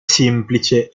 semplice